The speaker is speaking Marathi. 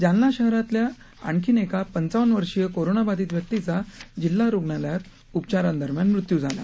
जालना शहरातल्या आणखी एका पंचावन्न वर्षीय कोरोनाबाधित व्यक्तीचा आज जिल्हा रुग्णालयात उपचारांदरम्यान मृत्यू झाला